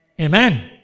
Amen